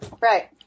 Right